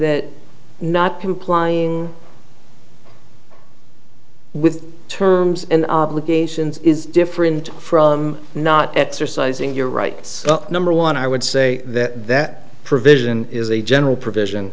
that not complying with terms and obligations is different from not exercising your rights number one i would say that that provision is a general provision